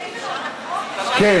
בבקשה.